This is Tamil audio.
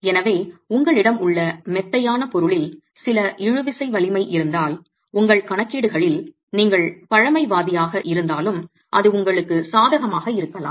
எனவே உங்களிடம் உள்ள மெத்தையான பொருளில் சில இழுவிசை வலிமை இருந்தால் உங்கள் கணக்கீடுகளில் நீங்கள் பழமைவாதியாக இருந்தாலும் அது உங்களுக்கு சாதகமாக இருக்கலாம்